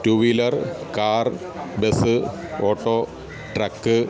two wheeler car bus auto truck